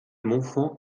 montfand